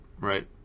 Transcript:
Right